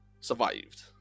survived